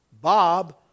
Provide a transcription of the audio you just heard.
Bob